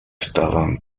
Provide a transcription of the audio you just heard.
estaban